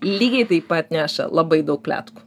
lygiai taip pat neša labai daug pletkų